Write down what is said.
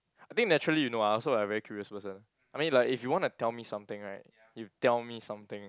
I think naturally you know ah I also are very curious person I mean like if you want to tell me something right you tell me something